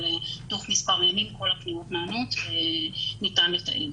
אבל תוך מספר ימים כל הפניות נענות וניתן לתעד.